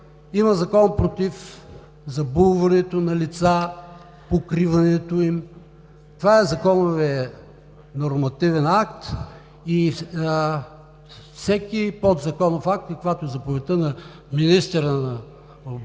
Има закон против забулването на лица, покриването им. Това е законовият нормативен акт и всеки подзаконов акт, какъвто е заповедта на министъра на